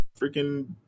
freaking